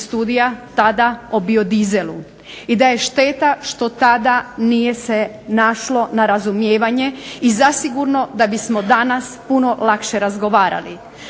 studija tada o biodizelu i da je šteta što se tada nije naišlo na razumijevanje i zasigurno da bismo danas puno lakše razgovarali.